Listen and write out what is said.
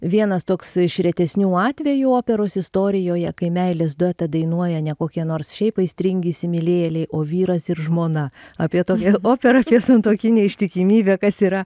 vienas toks iš retesnių atvejų operos istorijoje kai meilės duetą dainuoja ne kokie nors šiaip aistringi įsimylėjėliai o vyras ir žmona apie tokią operą apie santuokinę ištikimybę kas yra